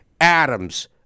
Adams